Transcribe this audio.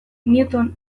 newton